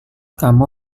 kamu